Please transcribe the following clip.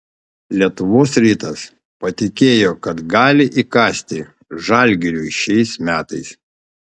lietuvos rytas patikėjo kad gali įkasti žalgiriui šiais metais